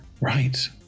Right